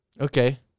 Okay